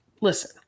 listen